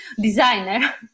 designer